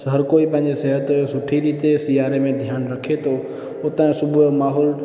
हर कोई पंहिंजी सिहत जो सुठी रीति सियारे में ध्यानु रखे थो हुतां सुबुह जो माहौल